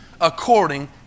according